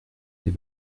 des